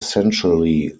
essentially